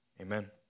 Amen